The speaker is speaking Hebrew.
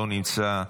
לא נמצא,